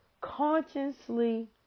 consciously